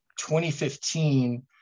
2015